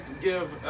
give